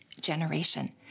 generation